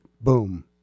boom